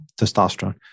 testosterone